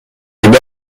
مرده